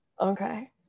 Okay